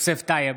יוסף טייב,